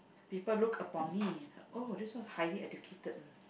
people look upon me oh this one is highly educated mm